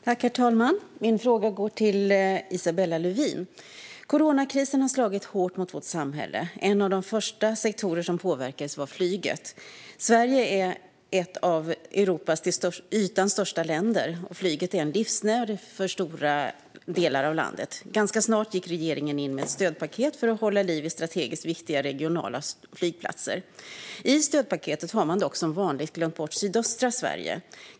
Herr talman! Min fråga går till Isabella Lövin. Coronakrisen har slagit hårt mot vårt samhälle. En av de första sektorer som påverkades var flyget. Sverige är ett av Europas till ytan största länder, och flyget är en livsnerv för stora delar av landet. Ganska snart gick regeringen in med ett stödpaket för att hålla liv i strategiskt viktiga regionala flygplatser. I stödpaketet har man dock som vanligt glömt bort sydöstra Sverige.